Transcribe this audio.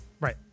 Right